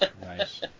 Nice